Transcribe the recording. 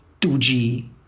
2G